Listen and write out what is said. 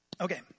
Okay